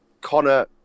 Connor